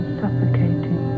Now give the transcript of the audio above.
suffocating